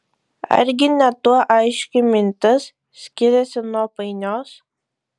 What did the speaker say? argi ne tuo aiški mintis skiriasi nuo painios